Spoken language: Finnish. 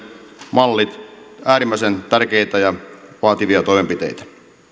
mallit äärimmäisen tärkeitä ja vaativia toimenpiteitä